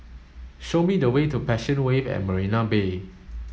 show me the way to Passion Wave at Marina Bay